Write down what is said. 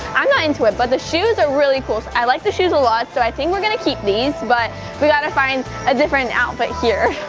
i'm not into it but the shoes are really cool. i like the shoes a lot so i think we're gonna keep these but we gotta find a different outfit here.